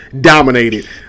dominated